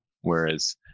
Whereas